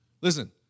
Listen